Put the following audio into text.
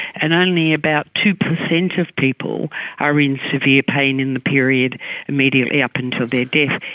and only about two percent of people are in severe pain in the period immediately up until their death,